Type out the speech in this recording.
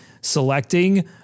selecting